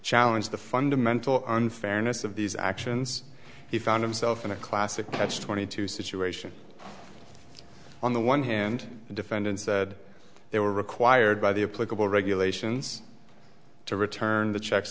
challenge the fundamental unfairness of these actions he found himself in a classic catch twenty two situation on the one hand the defendant said they were required by the a political regulations to return the checks